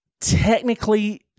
technically